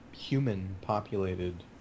human-populated